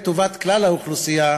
לטובת כלל האוכלוסייה,